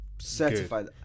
certified